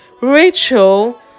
Rachel